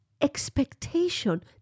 expectation